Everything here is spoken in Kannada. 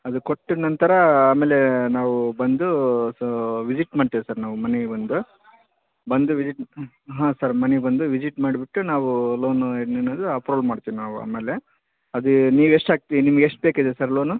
ಅದು ಕೊಟ್ಟ ನಂತರ ಆಮೇಲೆ ನಾವು ಬಂದು ವಿಸಿಟ್ ಮಾಡ್ತೀವಿ ಸರ್ ನಾವು ಮನೆಗೆ ಬಂದು ಬಂದು ವಿಸಿಟ್ ಹಾಂ ಸರ್ ಮನಿಗೆ ಬಂದು ವಿಸಿಟ್ ಮಾಡಿಬಿಟ್ಟು ನಾವು ಲೋನು ಏನಿದೆ ಅಪ್ರುವಲ್ ಮಾಡ್ತೀವಿ ನಾವು ಆಮೇಲೆ ಅದೇ ನೀವು ಎಷ್ಟು ಹಾಕಿ ನಿಮ್ಗೆ ಎಷ್ಟು ಬೇಕಿದೆ ಸರ್ ಲೋನು